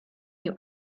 you